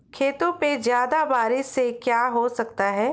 खेतों पे ज्यादा बारिश से क्या हो सकता है?